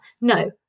No